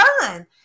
fun